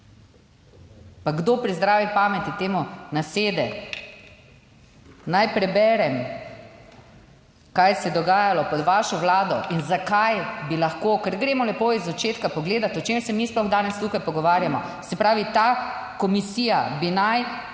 Pa kdo pri zdravi pameti temu nasede? Naj preberem, kaj se je dogajalo pod vašo vlado in zakaj bi lahko, ker gremo lepo iz začetka pogledati, o čem se mi sploh danes tukaj pogovarjamo. Se pravi, ta komisija bi naj,